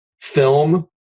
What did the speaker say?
film